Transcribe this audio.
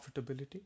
profitability